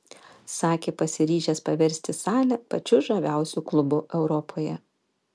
sakė pasiryžęs paversti salę pačiu žaviausiu klubu europoje